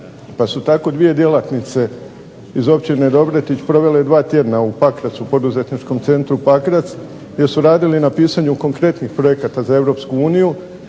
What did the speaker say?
pa su tako dvije djelatnice iz općine Dobretić provele dva tjedna u Pakracu, poduzetničkom centru Pakrac gdje su radili na pisanju konkretnih projekata za